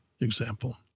example